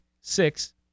six